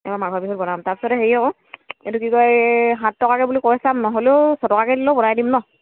এবাৰ মাঘৰ বিহুত বনাম তাৰ পিছতে হেৰি আকৌ এইটো কি কয় এই সাত টকাকৈ বুলি কৈ চাম নহ'লেও ছটকাকৈ দিলেও বনাই দিম ন